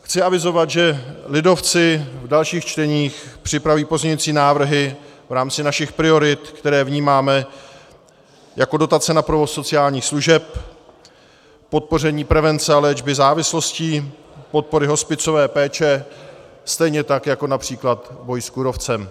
Chci avizovat, že lidovci v dalších čteních připraví pozměňovací návrhy v rámci našich priorit, které vnímáme jako dotace na provoz sociálních služeb, podpoření prevence a léčby závislostí, podpory hospicové péče, stejně tak jako například boj s kůrovcem.